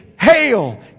Hail